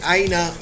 Aina